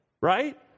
right